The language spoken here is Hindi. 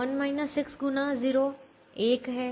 1 6 गुना 0 1 है